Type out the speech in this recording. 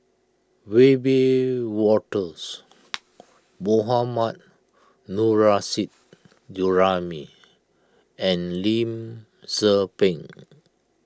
Wiebe Wolters Mohammad Nurrasyid Juraimi and Lim Tze Peng